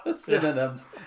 synonyms